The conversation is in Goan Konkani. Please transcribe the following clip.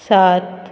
सात